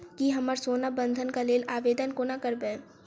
की हम सोना बंधन कऽ लेल आवेदन कोना करबै?